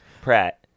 pratt